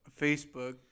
Facebook